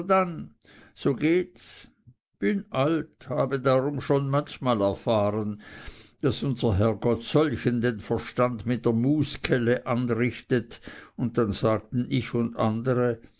dann so gehts bin alt habe darum schon manchmal erfahren daß unser herrgott solchen den verstand mit der muskelle anrichtet und dann sagten ich und andere